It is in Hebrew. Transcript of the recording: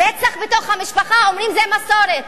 רצח בתוך המשפחה, אומרים: זה מסורת.